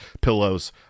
pillows